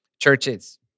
churches